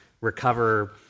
recover